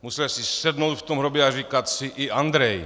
Musel si sednout v tom hrobě a říkat si: I Andrej.